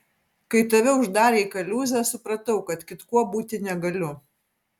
kai tave uždarė į kaliūzę supratau kad kitkuo būti negaliu